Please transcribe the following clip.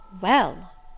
Well